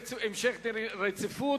להמשך דין רציפות.